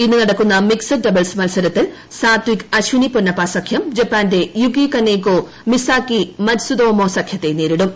ഇന്ന് നടക്കുന്ന mixed doubles മത്സരത്തിൽ സാത്വിക് അശ്വിനി പൊന്നപ്പ സഖ്യം ജപ്പാന്റെ യുകി കനേകോ മിസാകി മറ്റ്സുതോമോ സഖ്യത്തെ നേരിടും